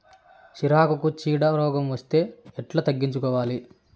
సిరాకుకు చీడ రోగం వస్తే ఎట్లా తగ్గించుకోవాలి?